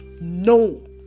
No